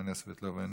קסניה סבטלובה,